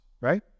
right